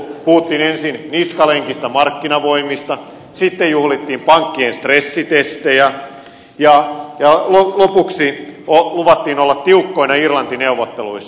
puhuttiin ensin niskalenkistä markkinavoimista sitten juhlittiin pankkien stressitestejä ja lopuksi luvattiin olla tiukkoina irlanti neuvotteluissa